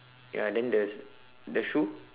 ya then the the shoe